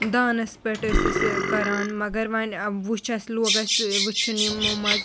دانَس پٮ۪ٹھ ٲسۍ أسۍ ٲں کَران مگر وۄنۍ ٲں وُچھ اسہِ لوٗگ اسہِ ٲں وُچھُن یِمُو منٛز